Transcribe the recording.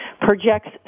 projects